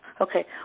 Okay